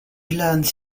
learns